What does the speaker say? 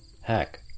Hack